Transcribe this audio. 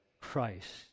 Christ